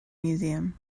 museum